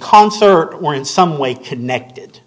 concert or in some way connected